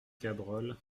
cabrol